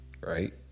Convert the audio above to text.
right